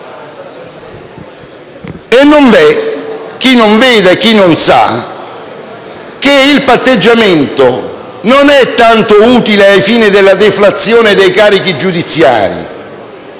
E non vi è chi non veda e chi non sappia che il patteggiamento è utile non tanto ai fini della deflazione dei carichi giudiziari,